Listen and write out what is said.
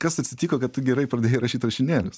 kas atsitiko kad tu gerai pradėjai rašyt rašinėlius